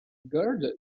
gold